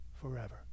forever